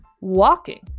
walking